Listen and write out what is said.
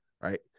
right